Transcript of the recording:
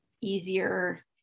easier